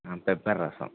ஆ pepper ரசம்